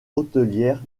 hôtelière